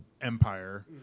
Empire